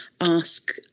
ask